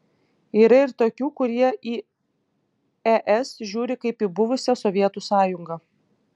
yra ir tokių kurie į es žiūri kaip į buvusią sovietų sąjungą